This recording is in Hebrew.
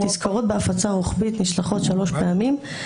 תזכורות בהפצה רוחבית נשלחות שלוש פעמים.